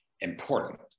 important